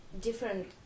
different